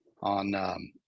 on